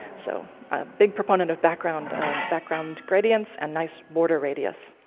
so a big proponent of background background gradients and nice border radius.